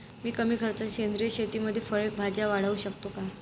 मी कमी खर्चात सेंद्रिय शेतीमध्ये फळे भाज्या वाढवू शकतो का?